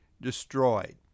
destroyed